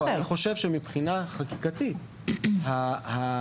אני חושב שמבחינה חקיקתית החוק,